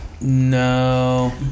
No